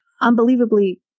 unbelievably